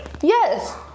Yes